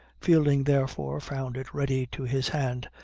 fielding therefore found it ready to his hand,